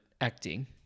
acting